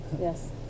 Yes